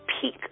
peak